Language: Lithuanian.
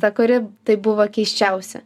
ta kuri tai buvo keisčiausia